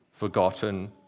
Forgotten